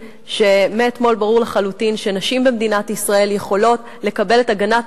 מאתמול ברור לחלוטין שנשים במדינת ישראל יכולות לקבל את הגנת